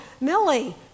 Millie